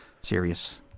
serious